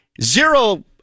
Zero